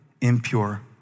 impure